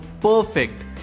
perfect